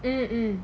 mmhmm mmhmm